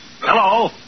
Hello